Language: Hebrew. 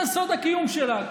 זה סוד הקיום שלה.